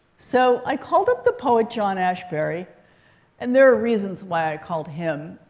so i called up the poet john ashbery and there are reasons why i called him.